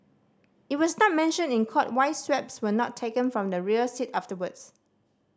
it was not mentioned in court why swabs were not taken from the rear seat afterwards